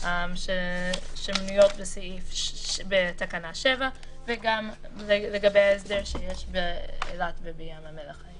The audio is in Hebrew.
חנויות שמנויות בתקנה 7 וגם לגבי ההסדר שיש באילת ובים המלח.